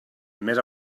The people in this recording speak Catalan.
més